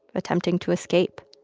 attempting to escape.